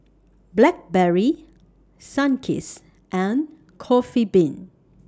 Blackberry Sunkist and Coffee Bean